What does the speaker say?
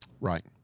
Right